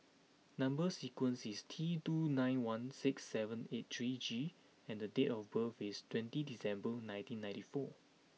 number sequence is T two nine one six seven eight three G and the date of birth is twenty December nineteen ninety four